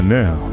now